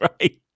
right